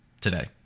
today